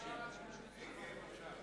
זחאלקה לא נתקבלה.